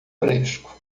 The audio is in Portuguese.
fresco